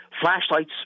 Flashlights